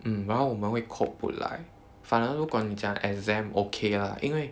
mm 然后我们会 cope 不来反而如果你讲 exam okay lah 因为